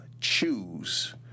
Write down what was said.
choose